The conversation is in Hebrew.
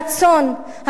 הרצון,